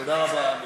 תודה רבה.